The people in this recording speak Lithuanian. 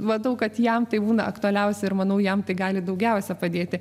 matau kad jam tai būna aktualiausia ir manau jam tai gali daugiausia padėti